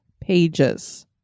pages